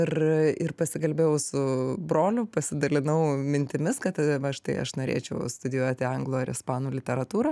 ir ir pasikalbėjau su broliu pasidalinau mintimis kad va štai aš norėčiau studijuoti anglų ar ispanų literatūrą